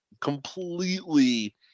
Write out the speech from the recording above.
completely